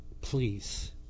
Please